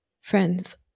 Friends